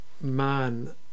man